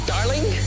Darling